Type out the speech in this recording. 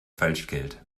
falschgeld